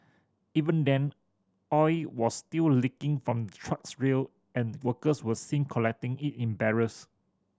even then oil was still leaking from truck's real and workers were seen collecting it in barrels